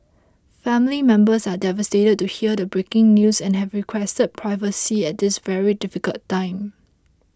family members are devastated to hear the breaking news and have requested privacy at this very difficult time